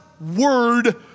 word